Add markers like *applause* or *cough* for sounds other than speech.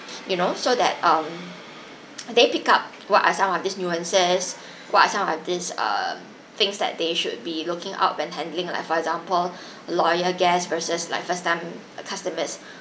you know so that um they pick up what are some of this nuances what are some of these um things that they should be looking out when handling like for example *breath* loyal guests versus like first time customers